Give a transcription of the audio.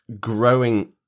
growing